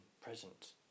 present